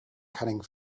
cutting